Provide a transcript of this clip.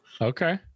Okay